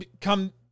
come